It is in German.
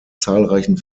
zahlreichen